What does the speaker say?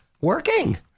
working